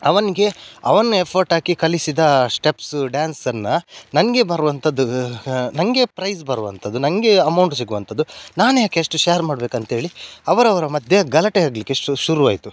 ಅವನಿಗೆ ಅವನು ಎಫರ್ಟ್ ಹಾಕಿ ಕಲಿಸಿದ ಸ್ಟೆಪ್ಸು ಡ್ಯಾನ್ಸನ್ನು ನನಗೆ ಬರುವಂಥದ್ದು ನನಗೆ ಪ್ರೈಝ್ ಬರುವಂಥದ್ದು ನನಗೆ ಅಮೌಂಟ್ ಸಿಗುವಂಥದ್ದು ನಾನು ಯಾಕೆ ಇಷ್ಟು ಶ್ಯಾರ್ ಮಾಡ್ಬೇಕಂತ ಹೇಳಿ ಅವರವರ ಮಧ್ಯೆ ಗಲಾಟೆ ಆಗಲಿಕ್ಕೆ ಶುರುವಾಯಿತು